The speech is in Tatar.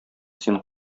син